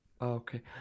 okay